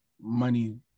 money